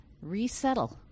resettle